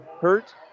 Hurt